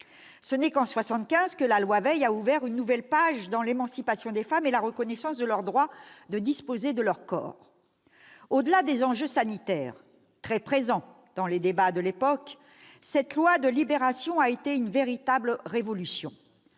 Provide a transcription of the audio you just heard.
Ce n'est qu'en 1975 que la loi Veil a ouvert une nouvelle page de l'émancipation des femmes et de la reconnaissance de leur droit de disposer de leur corps. Au-delà des enjeux sanitaires, très présents dans les débats de l'époque, cette loi de libération a été une véritable révolution.